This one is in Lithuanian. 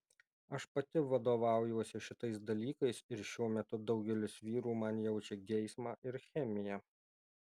aš pati vadovaujuosi šitais dalykais ir šiuo metu daugelis vyrų man jaučia geismą ir chemiją